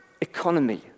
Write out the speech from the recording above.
economy